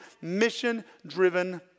mission-driven